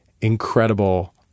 incredible